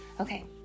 Okay